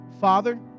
Father